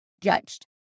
judged